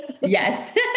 Yes